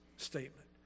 statement